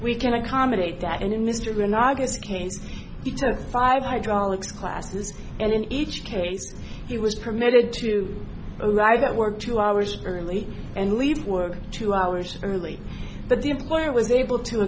we can accommodate that and in mr granada's case he took five hydraulics classes and in each case he was permitted to arrive at work two hours early and leave work two hours early but the employer was able to